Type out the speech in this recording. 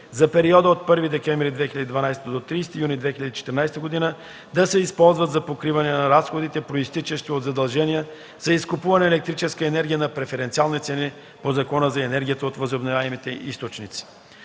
за периода 1 декември 2012 до 30 юни 2014 г. да се използват за покриване на разходите, произтичащи от задължения за изкупуване на електрическа енергия на преференциални цени по Закона за енергията от възобновяеми източници.